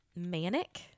manic